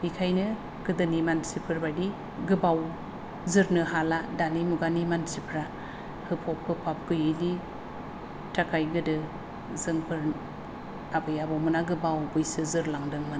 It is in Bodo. बेखायनो गोदोनि मानसिफोरबायदि गोबाव जोरनो हाला दानि मुगानि मानसिफ्रा होफब होफाब गैयिनि थाखाय गोदो जोंफोर आबै आबौमोना गोबाव जोरलांदोंमोन